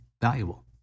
valuable